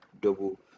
double